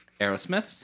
Aerosmith